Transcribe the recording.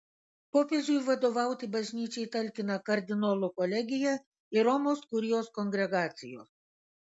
popiežiui vadovauti bažnyčiai talkina kardinolų kolegija ir romos kurijos kongregacijos